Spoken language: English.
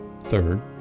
Third